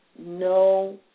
no